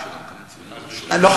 לא,